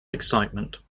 excitement